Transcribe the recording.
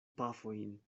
pafojn